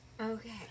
Okay